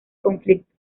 conflicto